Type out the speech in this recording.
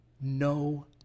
no